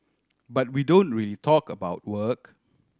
but we don't really talk about work